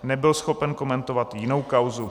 Nebyl schopen komentovat jinou kauzu.